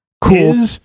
cool